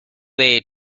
way